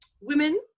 women